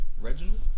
Reginald